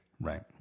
Right